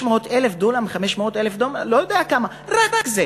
600,000 דונם, 500,000 דונם, לא יודע כמה, רק זה.